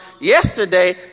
yesterday